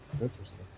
Interesting